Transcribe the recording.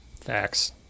Facts